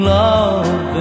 love